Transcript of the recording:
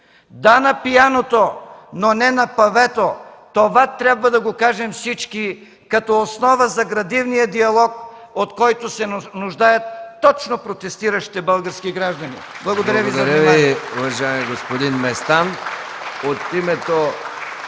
Да – на пианото, но не – на павето! Това трябва да го кажем всички, като основа за градивния диалог, от който се нуждаят точно протестиращите български граждани. Благодаря Ви за вниманието.